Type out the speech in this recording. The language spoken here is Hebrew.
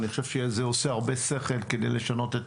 אני חושב שזה עושה הרבה שכל כדי לשנות את